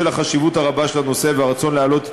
בשל החשיבות הרבה של הנושא והרצון להעלות את